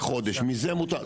כן,